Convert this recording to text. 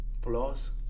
plus